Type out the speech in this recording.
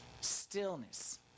stillness